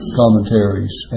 commentaries